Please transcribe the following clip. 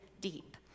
deep